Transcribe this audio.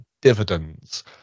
dividends